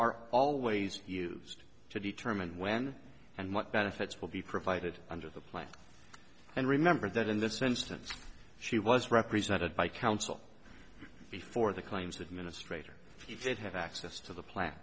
are always used to determine when and what benefits will be provided under the plan and remember that in this instance she was represented by counsel before the claims administrator if you did have access to the plan